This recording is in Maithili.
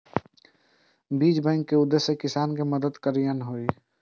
बीज बैंक केर उद्देश्य किसान कें मदति करनाइ होइ छै